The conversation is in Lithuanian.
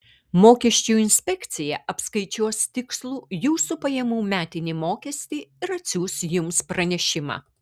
mokesčių inspekcija apskaičiuos tikslų jūsų pajamų metinį mokestį ir atsiųs jums pranešimą